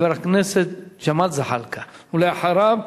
חבר הכנסת ג'מאל זחאלקה, ואחריו,